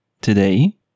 Today